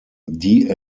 die